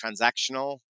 transactional